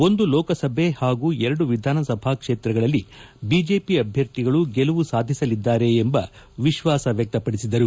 ಒಂದು ಲೋಕಸಭೆ ಪಾಗೂ ಎರಡು ವಿಧಾನಸಭಾ ಕ್ಷೇತ್ರಗಳಲ್ಲಿ ಏಷಿಪಿ ಅಭ್ಯರ್ಥಿಗಳು ಗೆಲುವು ಸಾಧಿಸಲಿದ್ದಾರೆ ಎಂಬ ವಿಶ್ವಾಸ ವ್ಯಕ್ತಪಡಿಸಿದರು